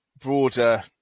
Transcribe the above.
broader